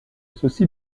ceci